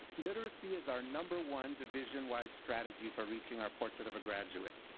literacy is our number one division wide strategy for reaching our portrait of a graduate.